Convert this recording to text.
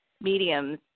mediums